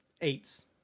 eights